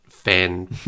fan